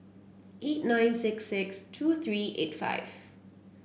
eight nine six six two three eight five